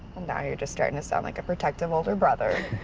and you're just starting to sound like a protective older brother.